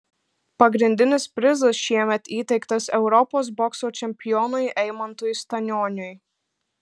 pagrindinis prizas šiemet įteiktas europos bokso čempionui eimantui stanioniui